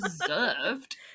deserved